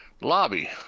lobby